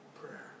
prayer